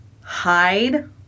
hide